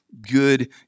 good